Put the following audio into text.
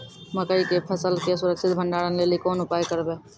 मकई के फसल के सुरक्षित भंडारण लेली कोंन उपाय करबै?